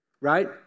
right